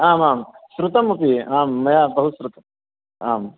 आम् आं श्रुतमपि आं मया बहुश्रुतम् आम्